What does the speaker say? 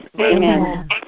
Amen